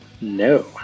No